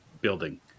building